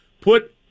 Put